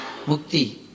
mukti